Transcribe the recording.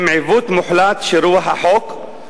יש פער בין התיאוריה לבין המציאות.